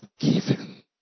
forgiven